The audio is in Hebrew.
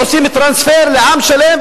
ועושים טרנספר לעם שלם,